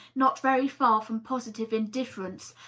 not very far from positive indifference,